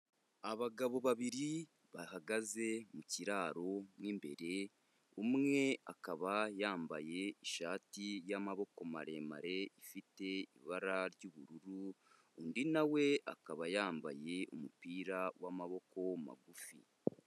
Abagabo babiri bahagaze mu kiraro mo imbere, umwe akaba yambaye ishati y'amaboko maremare ifite ibara ry'ubururu, undi na we akaba yambaye umupira w'amaboko magufi.